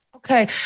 Okay